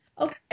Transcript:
Okay